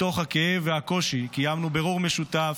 מתוך הכאב והקושי קיימנו בירור משותף,